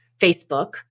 Facebook